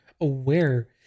aware